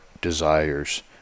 desires